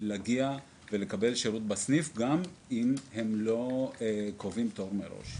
להגיע ולקבל שירות בסניף גם אם הם לא קובעים תור מראש.